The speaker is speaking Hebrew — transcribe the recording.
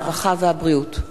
הרווחה והבריאות.